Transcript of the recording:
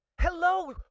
Hello